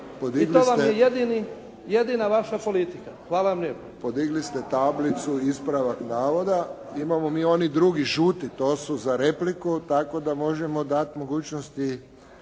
I to vam je jedina vaša politika. Hvala vam lijepo.